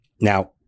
Now